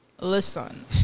Listen